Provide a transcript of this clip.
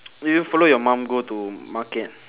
do you follow your mum go to market